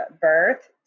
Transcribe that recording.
birth